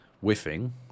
whiffing